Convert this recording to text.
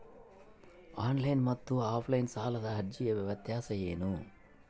Online ಮತ್ತು offline ಸಾಲದ ಅರ್ಜಿಯ ವ್ಯತ್ಯಾಸ ಏನು?